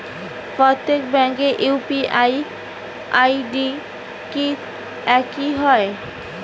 প্রত্যেক ব্যাংকের UPI ID কি একই হয়?